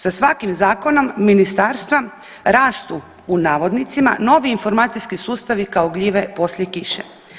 Sa svakim zakonom ministarstva rastu u navodnicima novi informacijski sustavi kao gljive poslije kiše.